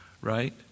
right